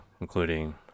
including